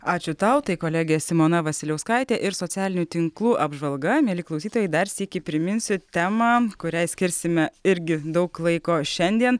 ačiū tau tai kolegė simona vasiliauskaitė ir socialinių tinklų apžvalga mieli klausytojai dar sykį priminsiu temą kuriai skirsime irgi daug laiko šiandien